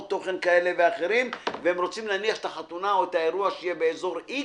תוכן כאלה או אחרים והם רוצים לערוך את החתונה או את האירוע באזור X